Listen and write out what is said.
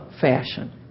fashion